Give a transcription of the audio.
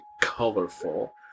colorful